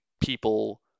people